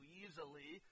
easily